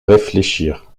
réfléchir